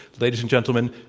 ladies and gentlemen,